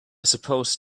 suppose